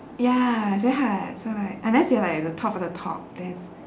ya it's very hard so like unless you're like the top of the top there's